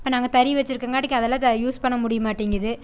இப்போ நாங்கள் தறி வச்சிருக்கங்காட்டிக்கு அதெல்லாம் யூஸ் பண்ண முடிய மாட்டேங்கிது